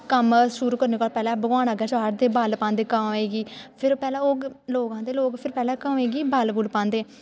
कम्म शुरू करने कोला पैह्लें भगवान अग्गें चाढ़दे बल पांदे कां गी फिर पैह्लें ओह् लोक आंदे लोग पैह्लें गवें गी बल बुल पांदे